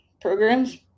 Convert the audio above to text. programs